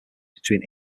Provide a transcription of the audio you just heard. between